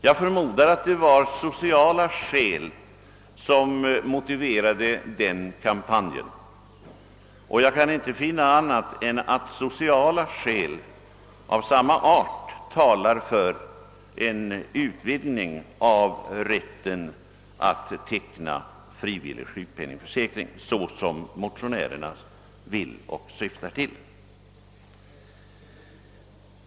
Jag förmodar att det var sociala skäl som motiverade denna kampanj, och jag kan inte finna annat än att liknande sociala skäl också talar för en utvidgning av rätten att teckna frivillig sjukpenningförsäkring i enlighet med motionärernas syfte.